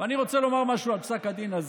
אני רוצה לומר משהו על פסק הדין הזה.